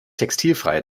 textilfreie